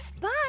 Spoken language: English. Bye